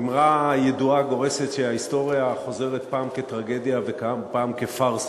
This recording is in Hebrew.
האמרה הידועה גורסת שההיסטוריה חוזרת פעם כטרגדיה ופעם כפארסה.